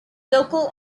local